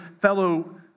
fellow